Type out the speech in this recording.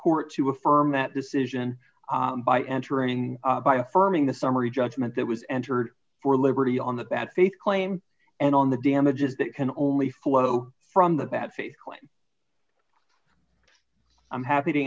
court to affirm that decision by entering by affirming the summary judgment that was entered for liberty on the bad faith claim and on the damages that can only flow from the bad faith claim i'm happy to